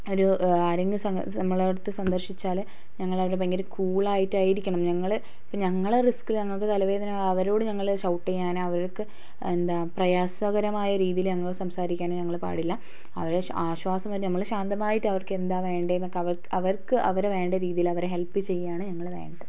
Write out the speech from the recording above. ഒരു ആരെങ്കിലും നമ്മളടുത്ത് സന്ദർശിച്ചാൽ ഞങ്ങളവരോട് ഭയങ്കര കൂളായിട്ടായിരിക്കണം ഞങ്ങൾ ഇപ്പം ഞങ്ങൾ റിസ്ക് ഞങ്ങൾക്ക് തലവേദന അവരോട് ഞങ്ങൾ ഷൗട്ട് ചെയ്യാനോ അവർക്ക് എന്താ പ്രയാസകരമായ രീതിയിൽ ഞങ്ങൾ സംസാരിക്കാൻ ഞങ്ങൾ പാടില്ല അവരെ ആശ്വാസമായിട്ട് നമ്മൾ ശാന്തമായിട്ട് അവർക്ക് എന്താ വേണ്ടെന്നൊക്കെ അവർ അവർക്ക് അവരെ വേണ്ട രീതിയിൽ അവരെ ഹെല്പ് ചെയ്യുവാണ് ഞങ്ങൾ വേണ്ടത്